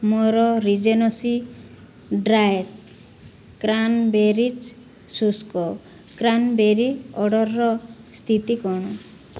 ମୋର Regency dried cranberries ଶୁଷ୍କ cranberry ଅର୍ଡ଼ର୍ର ସ୍ଥିତି କ'ଣ